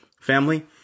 Family